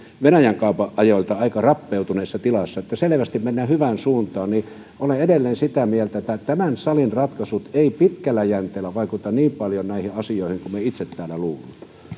venäjän kaupan ajoilta aika rappeutuneessa tilassa että selvästi mennään hyvään suuntaan olen edelleen sitä mieltä että tämän salin ratkaisut eivät pitkällä jänteellä vaikuta niin paljon näihin asioihin kuin me itse täällä luulemme